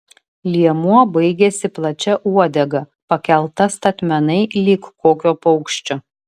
liemuo baigėsi plačia uodega pakelta statmenai lyg kokio paukščio